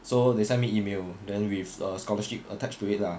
so they sent me email then with a scholarship attached to it lah